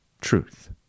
truth